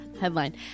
headline